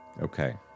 Okay